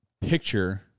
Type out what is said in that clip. picture